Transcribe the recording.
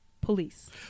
police